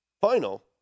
final